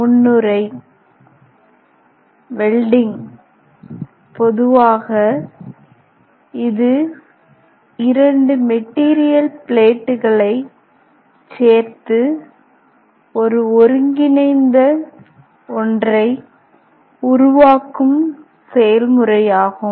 முன்னுரை வெல்டிங் பொதுவாக இது இரண்டு மெட்டீரியல் பிளேட்டுகளை சேர்த்து ஒரு ஒருங்கிணைந்த ஒன்றை உருவாக்கும் செயல்முறையாகும்